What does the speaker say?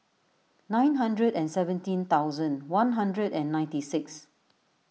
nine hundred and seventeen thousand one hundred and ninety six